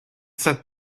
sent